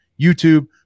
YouTube